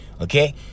okay